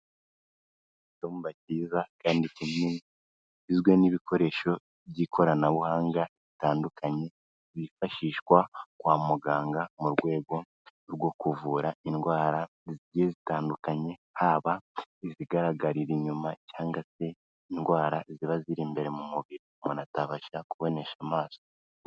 Icyumba cyiza kandi kinini kigizwe n'ibikoresho by'ikoranabuhanga bitandukanye, byifashishwa kwa muganga mu rwego rwo kuvura indwara zigiye zitandukanye, haba izigaragarira inyuma cyangwa se indwara ziba ziri imbere mu mubiri umuntu atabasha kubonesha amaso.